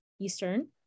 Eastern